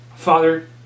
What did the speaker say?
Father